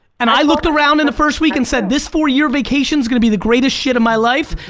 and i looked around in the first week and said this four year vacation's gonna be the greatest shit of my life,